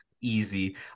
easy